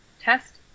test